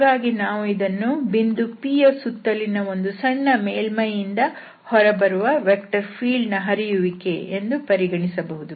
ಹಾಗಾಗಿ ಇದನ್ನು ನಾವು ಬಿಂದು P ಸುತ್ತಲಿನ ಒಂದು ಸಣ್ಣ ಮೇಲ್ಮೈಯಿಂದ ಹೊರಬರುವ ವೆಕ್ಟರ್ ಫೀಲ್ಡ್ ನ ಹರಿಯುವಿಕೆ ಎಂದು ಪರಿಗಣಿಸಬಹುದು